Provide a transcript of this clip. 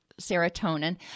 serotonin